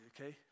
okay